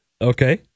Okay